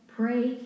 pray